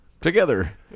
together